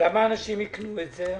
למה אנשים יקנו את זה?